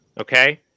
Okay